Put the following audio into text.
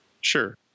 Sure